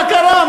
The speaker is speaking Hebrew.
מה קרה?